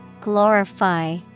Glorify